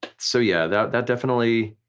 so yeah, that that definitely,